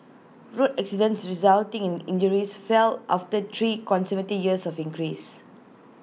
road accidents resulting in injuries fell after three consecutive years of increase